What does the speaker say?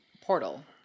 Portal